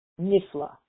Nifla